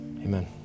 Amen